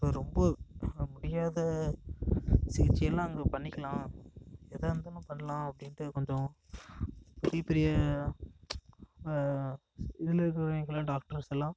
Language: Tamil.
இப்போ ரொம்ப முடியாத சிகிச்சை எல்லாம் அங்கே பண்ணிக்கலாம் எதாயிருந்தாலும் பண்ணலாம் அப்படின்ட்டு கொஞ்சம் பெரிய பெரிய இதில் இருக்கிற டாக்டர்ஸ் எல்லாம்